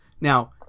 now